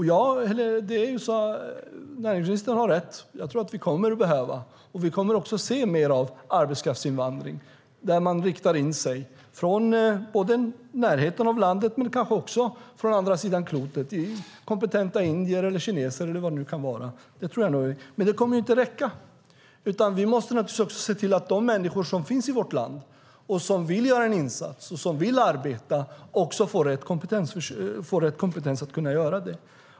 Näringsministern har rätt: Vi kommer att behöva och se mer av arbetskraftsinvandring, med inriktning både nära landet och från andra sidan klotet - kompetenta indier eller kineser. Men det kommer inte att räcka utan vi måste naturligtvis se till att de människor som finns i vårt land, som vill göra en insats och som vill arbeta, får rätt kompetens att kunna göra det.